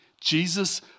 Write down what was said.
Jesus